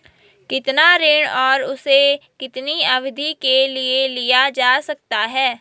कितना ऋण और उसे कितनी अवधि के लिए लिया जा सकता है?